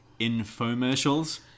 infomercials